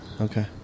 Okay